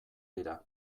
dira